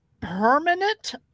Permanent